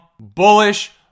bullish